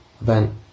event